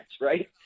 right